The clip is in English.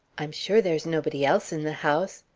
i'm sure there's nobody else in the house.